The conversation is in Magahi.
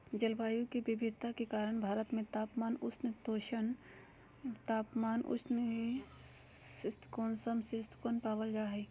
जलवायु के विविधता के कारण भारत में तापमान, उष्ण उपोष्ण शीतोष्ण, सम शीतोष्ण पावल जा हई